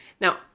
Now